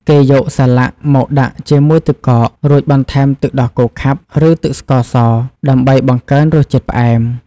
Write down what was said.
គេយកសាឡាក់មកដាក់ជាមួយទឹកកក រួចបន្ថែមទឹកដោះគោខាប់ ឬទឹកស្ករស ដើម្បីបង្កើនរសជាតិផ្អែម។